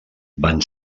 van